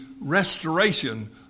restoration